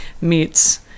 meets